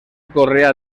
correa